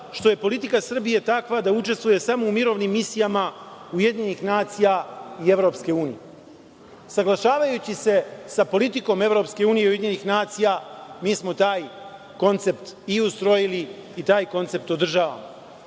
što je politika Srbije takva da učestvuje samo u mirovnim misijama UN i EU. Saglašavajući se sa politikom Evropske unije i Ujedinjenih nacija, mi smo taj koncept i ustrojili i taj koncept održavamo.Zašto